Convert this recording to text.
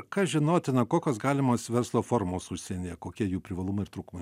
kas žinotina kokios galimos verslo formos užsienyje kokie jų privalumai ir trūkumai